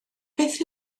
beth